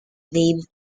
name